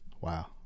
wow